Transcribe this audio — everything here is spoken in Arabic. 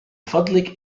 فضلك